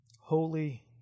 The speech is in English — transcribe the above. Holy